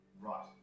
Right